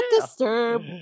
disturb